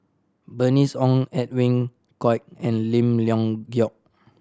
Bernice Ong Edwin Koek and Lim Leong Geok